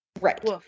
Right